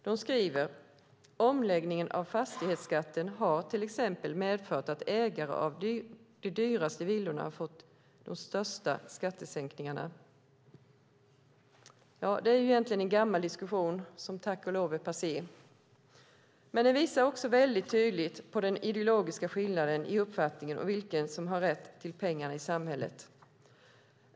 De skriver: "Omläggningen av fastighetsskatten har t.ex. medfört att ägare av de dyraste villorna har fått de största skattesänkningarna." Det är egentligen en gammal diskussion som tack och lov är passé. Men den visar också mycket tydligt på den ideologiska skillnaden i uppfattningen om vem som har rätt till pengarna i samhället.